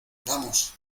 vamos